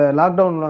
lockdown